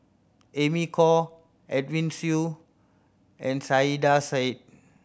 Amy Khor Edwin Siew and Saiedah Said